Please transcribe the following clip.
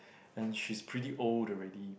and she's pretty old already